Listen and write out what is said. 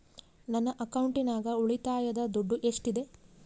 ನನ್ನ ಅಕೌಂಟಿನಾಗ ಉಳಿತಾಯದ ದುಡ್ಡು ಎಷ್ಟಿದೆ?